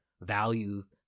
values